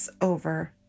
over